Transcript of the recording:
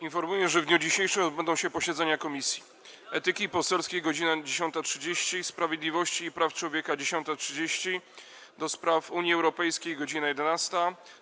Informuję, że w dniu dzisiejszym odbędą się posiedzenia Komisji: - Etyki Poselskiej - godz. 10.30, - Sprawiedliwości i Praw Człowieka - godz. 10.30, - do Spraw Unii Europejskiej - godz. 11,